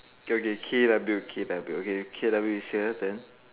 okay okay K_W K_W is here then